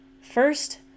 first